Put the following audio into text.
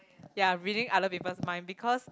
ya reading other people's mind because